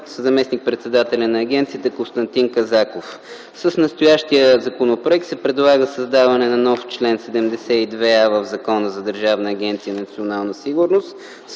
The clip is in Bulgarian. от заместник-председателя на агенцията Константин Казаков. С настоящия законопроект се предлага създаване на нов чл. 72а в Закона за Държавна агенция „Национална сигурност”,